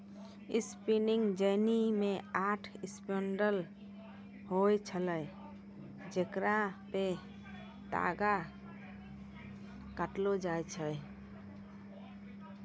spinning jenny मे आठ spindle होय छलै जेकरा पे तागा काटलो जाय छलै